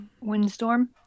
Windstorm